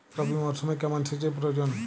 রবি মরশুমে কেমন সেচের প্রয়োজন?